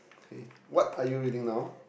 okay what are you reading now